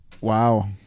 wow